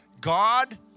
God